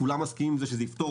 כולם מסכימים שזה יפתור